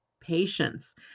patience